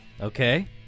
Okay